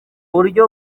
buryo